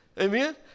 Amen